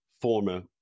former